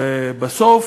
בסוף,